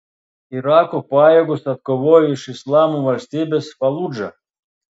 irako pajėgos atkovojo iš islamo valstybės faludžą